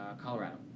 Colorado